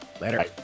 Later